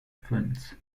films